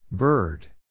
Bird